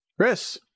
Chris